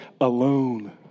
alone